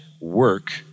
work